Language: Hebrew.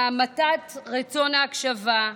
להמתת רצון ההקשבה,